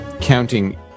Counting